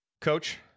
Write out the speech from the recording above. coach